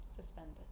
Suspended